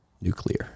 Nuclear